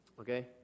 okay